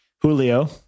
Julio